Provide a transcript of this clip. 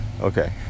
okay